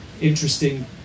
interesting